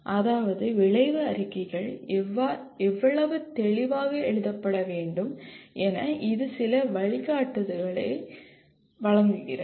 அதாவது விளைவு அறிக்கைகள் எவ்வளவு தெளிவாக எழுதப்பட வேண்டும் என இது சில வழிகாட்டுதல்களை வழங்குகிறது